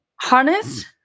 harness